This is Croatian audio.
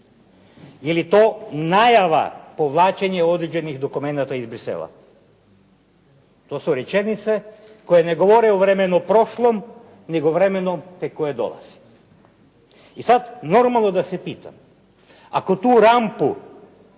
Je li to najava povlačenja određenih dokumenata iz Bruxellesa? To su rečenice koje ne govore o vremenu prošlom, nego vremenu tek koje dolazi. I sad normalno da se pitam ako tu rampu